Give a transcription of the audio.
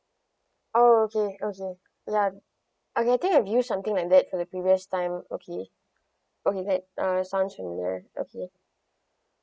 oh okay okay ya ah I think I've use something like that for the previous time okay okay great uh sounds familiar okay